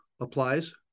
applies